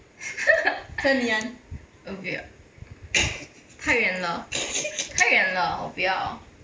在 ngee ann